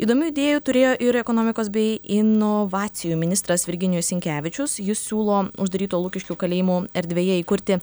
įdomių idėjų turėjo ir ekonomikos bei inovacijų ministras virginijus sinkevičius jis siūlo uždaryto lukiškių kalėjimo erdvėje įkurti